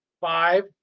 five